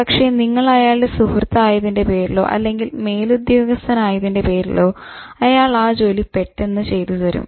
പക്ഷെ നിങ്ങൾ അയാളുടെ സുഹൃത്ത് ആയതിന്റെ പേരിലോ അല്ലെങ്കിൽ മേലുദ്യോഗസ്ഥനായതിന്റെ പേരിലോ അയാൾ ആ ജോലി പെട്ടെന്ന് ചെയ്ത് തരും